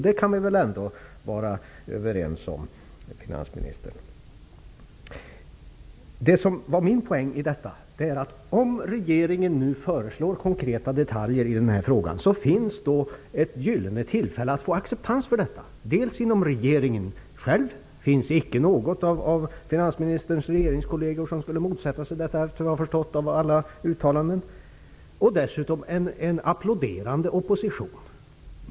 Det kan vi väl ändå vara överens om, finansministern? Om regeringen nu föreslår konkreta detaljer i den här frågan, finns nu ett gyllene tillfälle att få acceptans för detta. Detta gäller dels inom själva regeringen -- efter vad jag har förstått av alla uttalanden finns det icke någon av finansministerns regeringskolleger som skulle motsätta sig detta. Dessutom skulle detta mötas av en applåderande opposition.